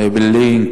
אעבלין,